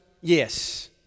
Yes